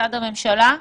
מצד הממשלה,